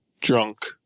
drunk